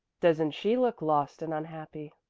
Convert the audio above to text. doesn't she look lost and unhappy?